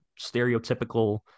stereotypical